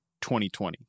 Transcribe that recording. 2020